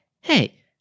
hey